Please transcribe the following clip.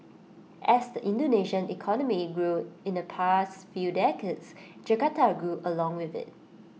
as the Indonesian economy grew in the past few decades Jakarta grew along with IT